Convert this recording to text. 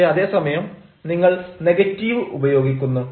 പക്ഷെ അതേ സമയം നിങ്ങൾ നെഗറ്റീവ് ഉപയോഗിക്കുന്നു